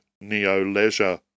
neo-leisure